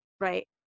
right